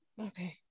okay